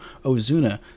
Ozuna